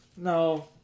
No